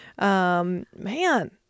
Man